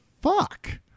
fuck